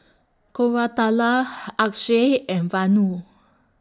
Koratala Akshay and Vanu